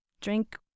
drink